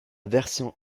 version